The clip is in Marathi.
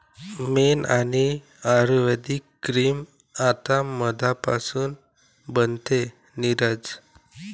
मेण आणि आयुर्वेदिक क्रीम आता मधापासून बनते, नीरज